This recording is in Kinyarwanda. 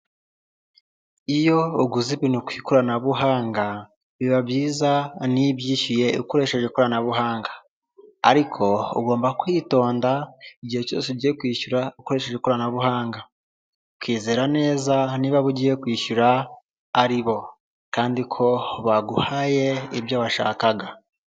Iyo uguze ibintu ku ikoranabuhanga, biba byiza niyo ubyishyuye ukoresheje ikoranabuhanga, ariko ugomba kwitonda igihe cyose ugiye kwishyura ukoresheje ikoranabuhanga ukizera neza niba abo ugiye kwishyura ari bo kandi ko baguhaye ibyo washakaga.